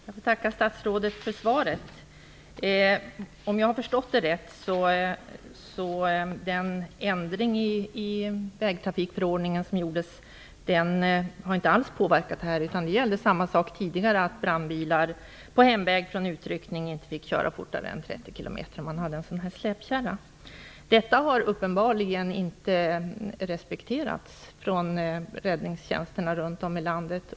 Fru talman! Jag får tacka statsrådet för svaret. Om jag har förstått det rätt har inte ändringen i vägtrafikförordningen alls påverkat förhållandena, utan samma sak gäller som tidigare, att brandbilar med släpkärra på hemväg från utryckning inte får köra fortare än 30 km i timmen. Hastighetsbegränsningen har uppenbarligen inte respekterats av räddningstjänsterna runt om i landet.